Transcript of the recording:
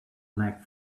leg